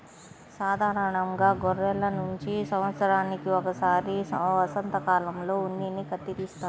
సాధారణంగా గొర్రెల నుంచి సంవత్సరానికి ఒకసారి వసంతకాలంలో ఉన్నిని కత్తిరిస్తారు